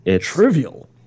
Trivial